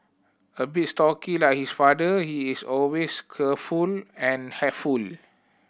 a bit stocky like his father he is always careful and helpful